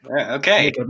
Okay